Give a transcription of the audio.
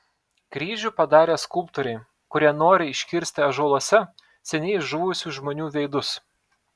kryžių padarė skulptoriai kurie nori iškirsti ąžuoluose seniai žuvusių žmonių veidus